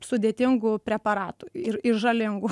sudėtingų preparatų ir ir žalingų